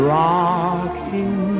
rocking